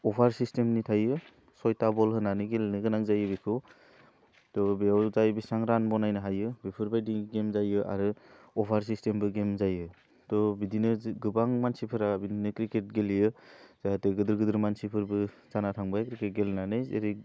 अपार सिस्टेमनि थायो सइथा बल होनानै गेलेनो गोनां जायो बेखौ थह बेयाव जाय बिसां रान बनायनो हायो बेफोरबायदि गेम जायो आरो अपार सिस्टेमबो गेम जायो थह बिदिनो जो गोबां मानसिफोरा बिदिनो क्रिकेट गेलेयो जाहाथे गोदोर गोदोर मानसिफोरबो जाना थांबाय क्रिकेट गेलेनानै जेरै